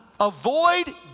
Avoid